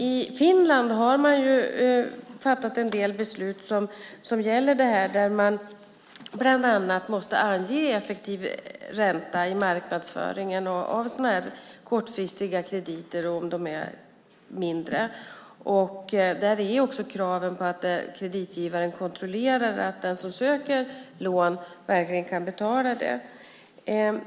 I Finland har man fattat en del beslut som gäller detta. Bland annat måste man i marknadsföringen av kortfristiga, mindre krediter ange effektiv ränta. Det finns också krav på att kreditgivaren kontrollerar att den som söker lån verkligen kan betala det.